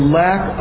lack